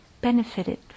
benefited